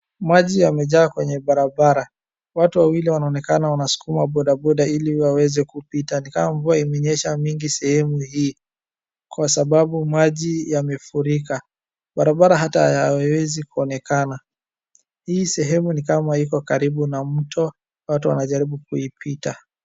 Maji yamejaa kwenye barabara. Watu wawili wanaonekana wanasukuma bodaboda ili waweze kupita. Ni kama mvua imenyesha mingi sehemu hii kwa sababu maji yamefurika. Barabara ata hayawezi kuonekana. Hii sehemu ni kama iko karibu na mto, watu wanajaribu kuipita.